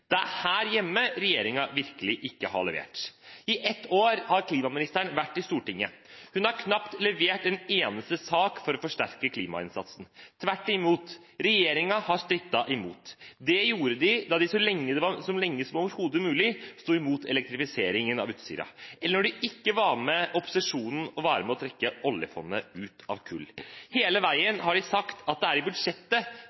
Det er her hjemme regjeringen virkelig ikke har levert. I et år har klimaministeren møtt i Stortinget. Hun har knapt levert en eneste sak for å forsterke klimainnsatsen. Tvert imot, regjeringen har strittet imot. Det gjorde den da den så lenge som overhodet mulig sto imot elektrifiseringen av Utsira, eller da den ikke ville være med opposisjonen på å trekke oljefondet ut av kull. Hele